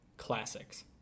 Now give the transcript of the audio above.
Classics